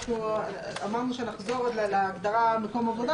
אנחנו אמרנו שנחזור עוד להגדרה של "מקום עבודה".